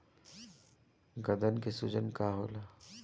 गदन के सूजन का होला?